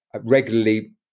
regularly